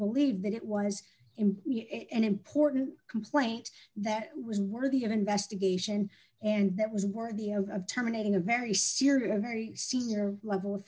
believed that it was in an important complaint that was worthy of investigation and that was worthy of terminating a very serious very senior level